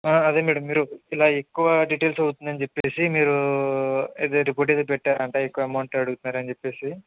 అదే మేడం మీరు ఇలా ఎక్కువ డీటెయిల్స్ అవుతుంది చెప్పి మీరు అది రిపోర్ట్ ఏదో పెట్టారంట ఎక్కువ అమౌంట్ అడుగుతున్నారని చెప్పి